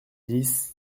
dix